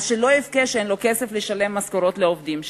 שלא יבכה שאין לו כסף לשלם משכורות לעובדים שלו.